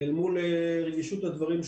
אל מול רגישות הדברים שעלו.